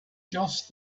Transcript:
just